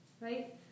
right